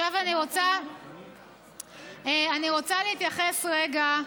עכשיו אני רוצה להתייחס רגע,